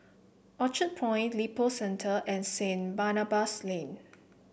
Orchard Point Lippo Centre and Saint Barnabas Lane